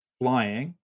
flying